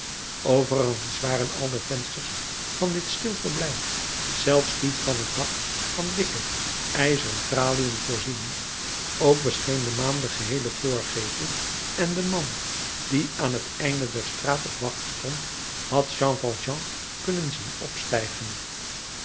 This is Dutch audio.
overigens waren al de vensters van dit stil verblijf zelfs die van het dak van dikke ijzeren traliën voorzien ook bescheen de maan den geheelen voorgevel en de man die aan het einde der straat op wacht stond had jean valjean kunnen zien opstijgen